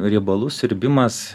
riebalų siurbimas